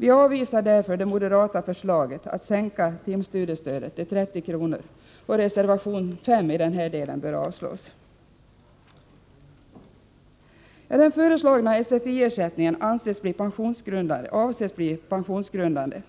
Vi avvisar därför det moderata förslaget att sänka timstudiestödet till 30 kr., och reservation nr 5 i denna del bör avslås. Den föreslagna SFI-ersättningen avses bli pensionsgrundande.